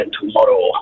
tomorrow